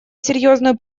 серьезную